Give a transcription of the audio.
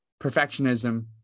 perfectionism